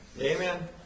Amen